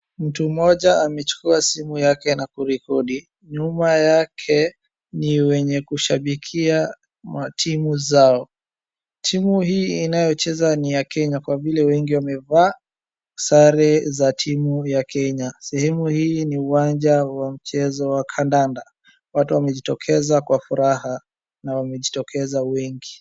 Mtu moja amechukua simu yake na kurekodi , nyuma yake ni wenye kushabikia matimu zao. Timu hii inayocheza ni ya kenya kwa vile wengi wamevaa sare za timu ya kenya. Sehemu hii ni uwanja wa mchezo wa kandanda . Watu wamejitokeza kwa furaha na wamejitokeza wengi.